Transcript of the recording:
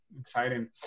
exciting